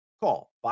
Call